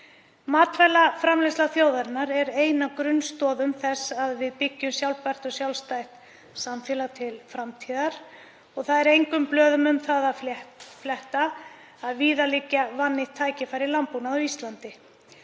Matvælaframleiðsla þjóðarinnar er ein af grunnstoðum þess að við byggjum sjálfbært og sjálfstætt samfélag til framtíðar. Það er engum blöðum um það að fletta að víða liggja vannýtt tækifæri í landbúnaði á Íslandi.